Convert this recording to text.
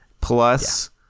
plus